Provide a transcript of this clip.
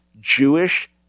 Jewish